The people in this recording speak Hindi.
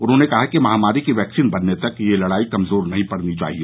उन्होंने कहा कि महामारी की वैक्सीन बनने तक यह लड़ाई कमजोर नहीं पड़नी चाहिए